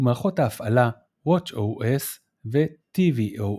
ומערכות ההפעלה watchOS ו-tvOS.